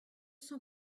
cent